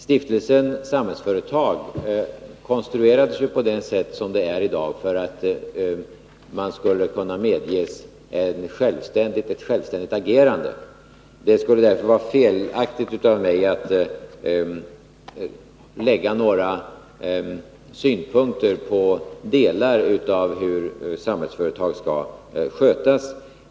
Stiftelsen Samhällsföretag fick den konstruktion som den i dag har för att Samhällsföretag skulle kunna medges ett självständigt agerande. Det skulle därför vara felaktigt av mig att anlägga några synpunkter på hur delar av Samhällsföretag skall skötas.